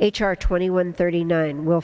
h r twenty one thirty nine will